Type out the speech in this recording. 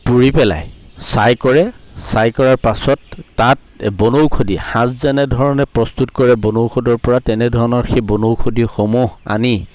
পুৰি পেলাই ছাই কৰে ছাই কৰাৰ পাছত তাত বনৌষধি সাঁজ যেনেধৰণে প্ৰস্তুত কৰে বনৌষধৰ পৰা তেনেধৰণৰ সেই বনৌষধিসমূহ আনি